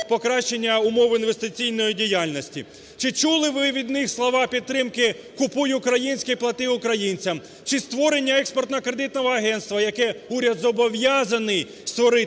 покращення умов інвестиційної діяльності. Чи чули ви від них слова підтримки "Купуй українське, плати українцям!"? Чи створення експертно-кредитного агентства, яке уряд зобов'язаний створити